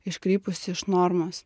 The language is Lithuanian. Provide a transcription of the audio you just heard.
iškrypusi iš normos